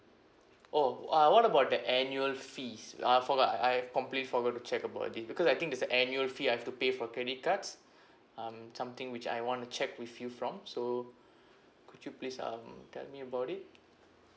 oh err what about the annual fees I forgot I I've completely forgot to check about this because I think there's a annual fee I have to pay for credit cards um something which I want to check with you from so could you please um tell me about it